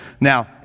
now